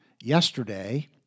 yesterday